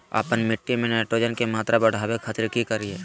आपन मिट्टी में नाइट्रोजन के मात्रा बढ़ावे खातिर की करिय?